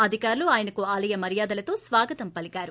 అధికారులు ఆయనకు ఆలయ మర్యాదలతో స్వాగతం పలికారు